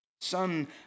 Son